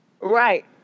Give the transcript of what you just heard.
Right